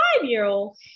five-year-old